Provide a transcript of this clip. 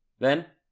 then,